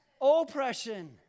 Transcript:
Oppression